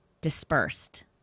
dispersed